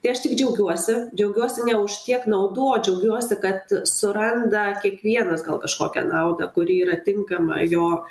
tai aš tik džiaugiuosi džiaugiuosi ne už tiek naudų o džiaugiuosi kad suranda kiekvienas gal kažkokią naudą kuri yra tinkama jo